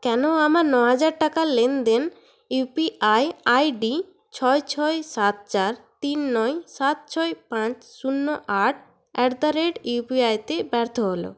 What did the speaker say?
কেন আমার নহাজার টাকার লেনদেন U P I I D ছয় ছয় সাত চার তিন নয় সাত ছয় পাঁচ শুন্য আট অ্যাট দা রেট ইউপিআইতে ব্যর্থ হল